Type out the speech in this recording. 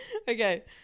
Okay